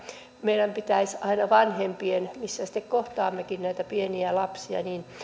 meidän pitäisi aina vanhempien missä sitten kohtaammekin näitä pieniä lapsia